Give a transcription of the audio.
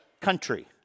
country